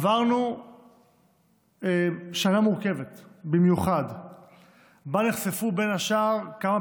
עברנו שנה מורכבת במיוחד שבה נחשפו בין השאר כמה